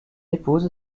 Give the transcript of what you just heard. épouse